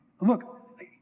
look